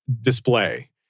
display